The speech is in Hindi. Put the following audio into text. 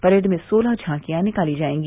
परेड में सोलह झांकिया निकाली जायेंगी